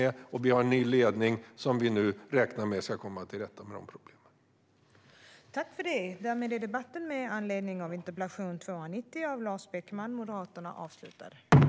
Det finns en ny ledning som vi nu räknar med ska komma till rätta med de här problemen.